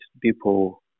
people